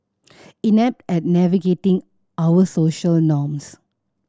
inept at navigating our social norms